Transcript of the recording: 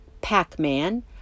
pac-man